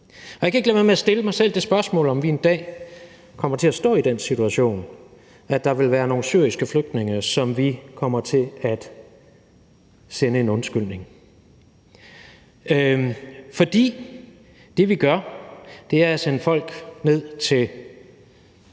Jeg kan ikke lade være med at stille mig selv det spørgsmål, om vi en dag kommer til at stå i den situation, at der vil være nogle syriske flygtninge, som vi kommer til at sende en undskyldning. For det, vi gør, er at sende folk ned til